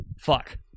Fuck